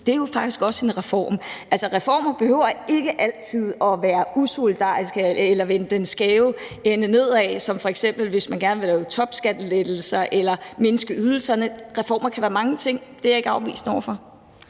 Det er jo faktisk også en reform. Reformer behøver ikke altid at være usolidariske eller vende den tunge ende nedad, som f.eks. hvis man gerne vil lave topskattelettelser eller mindske ydelserne. Reformer kan være mange ting, så det er jeg ikke afvisende over for.